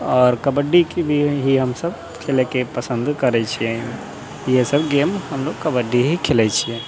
आओर कबड्डीके भी ही हमसब खेलैके पसन्द करै छियै इहे सब गेम मतलब कबड्डी ही खेलै छियै